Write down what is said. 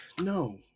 no